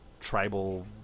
Tribal